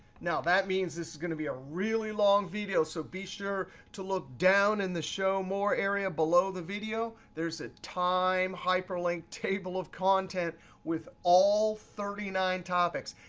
now, that means this is going to be a really long video, so be sure to look down in the show more area below the video. there's a time hyperlinked table of content with all thirty nine topics.